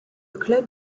club